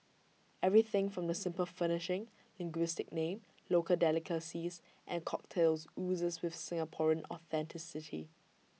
everything from the simple furnishing linguistic name local delicacies and cocktails oozes with Singaporean authenticity